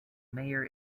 mayor